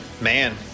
Man